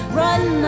run